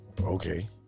Okay